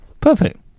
Perfect